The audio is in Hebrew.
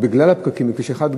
בגלל הפקקים בכביש 1,